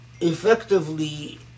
effectively